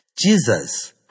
Jesus